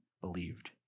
believed